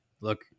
look